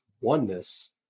oneness